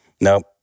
nope